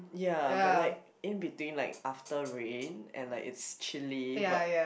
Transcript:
ya but like in between like after rain and like it's chilly but